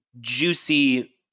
juicy